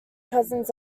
cousins